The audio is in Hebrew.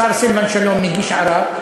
השר סילבן שלום הגיש ערר,